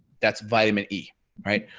that's vitamin e right.